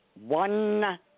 one